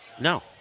No